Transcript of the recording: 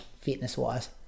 fitness-wise